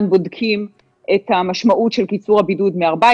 בודקים את המשמעות של קיצור הבידוד מ-14,